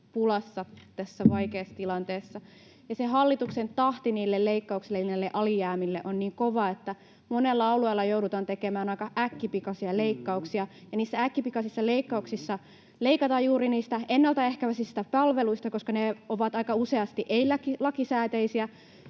pulassa tässä vaikeassa tilanteessa. Se hallituksen tahti niille leikkauksille ja niille alijäämille on niin kova, että monella alueella joudutaan tekemään aika äkkipikaisia leikkauksia, ja niissä äkkipikaisissa leikkauksissa leikataan juuri niistä ennaltaehkäisevistä palveluista, koska ne ovat aika useasti ei-lakisääteisiä,